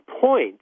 point